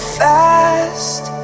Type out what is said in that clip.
fast